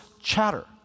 chatter